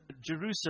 Jerusalem